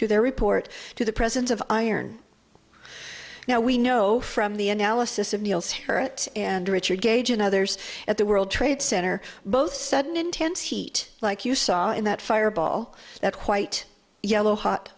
to their report to the presence of iron now we know from the analysis of neil's hurt and richard gage and others at the world trade center both sudden intense heat like you saw in that fireball that quite yellow hot